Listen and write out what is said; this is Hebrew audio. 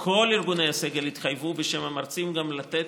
כל ארגוני הסגל התחייבו בשם המרצים גם לתת